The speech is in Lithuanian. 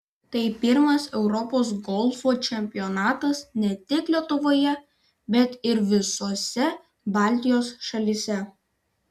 tai pirmas europos golfo čempionatas ne tik lietuvoje bet ir visose baltijos šalyse